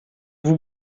vous